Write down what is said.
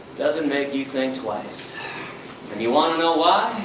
doesn't make you think twice. and you wanna know why?